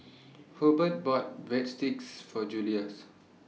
Hobert bought Breadsticks For Julius